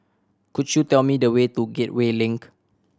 could you tell me the way to Gateway Link